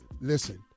Listen